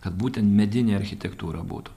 kad būtent medinė architektūra būtų